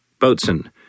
Boatswain